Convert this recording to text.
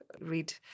read